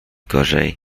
gorzej